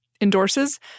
endorses